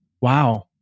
wow